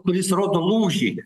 kuris rodo lūžį